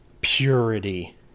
purity